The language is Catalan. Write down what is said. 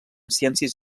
ciències